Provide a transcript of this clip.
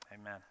amen